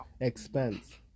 expense